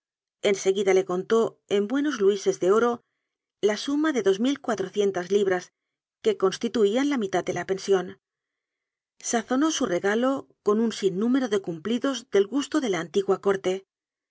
en seguida le contó en buenos luises de oro la suma de dos mil cuatrocientas li bras que constituían la mitad de la pensión sa zonó su regalo con un sinnúmero de cumplidos del gusto de la antigua corte